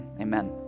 Amen